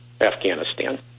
Afghanistan